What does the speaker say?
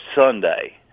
Sunday